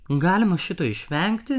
galima šito išvengti